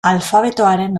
alfabetoaren